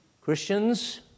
Christians